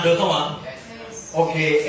Okay